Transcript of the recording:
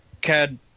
CAD